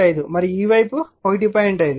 5 మరియు ఈ వైపు కూడా 1